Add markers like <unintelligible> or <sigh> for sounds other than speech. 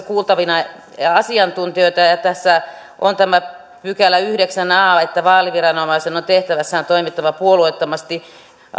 <unintelligible> kuultavana asiantuntijoita tässä on tämä yhdeksäs a pykälä että vaaliviranomaisen on tehtävässään toimittava puolueettomasti edustaja